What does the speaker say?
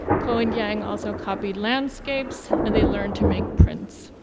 ko and yang also copied landscapes and they learned to make prints.